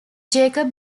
jacob